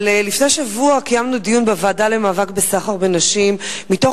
אבל לפני שבוע קיימנו דיון בוועדה למאבק בסחר בנשים מתוך